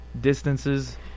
distances